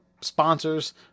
sponsors